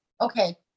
okay